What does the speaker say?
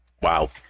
Wow